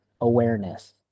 awareness